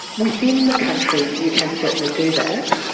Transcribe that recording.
within the country you can certainly do that,